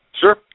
Sure